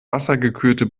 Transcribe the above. wassergekühlte